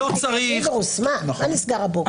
פינדרוס, מה נסגר הבוקר?